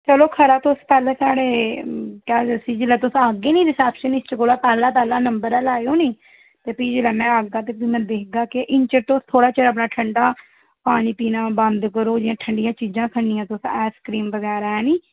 चलो खरा तुस पैह्लें साढ़े केह् आखदे उस्सी जेल्लै तुस आह्गै निं रिसेप्शनिस्ट कोला पैह्ला पैह्ला नंबर गै लैएओ निं ते भी जेल्लै में औगा ते भी में दिक्खगा कि इन्ने चिर तुस थोह्ड़ा चिर अपना ठंडा पानी पीना बंद करो जां ठंडियां चीज़ां खन्नियां तुस आईसक्रीम बगैरा ऐ निं